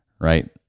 right